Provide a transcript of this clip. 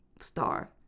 star